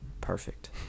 perfect